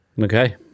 Okay